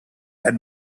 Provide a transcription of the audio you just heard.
had